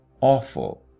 awful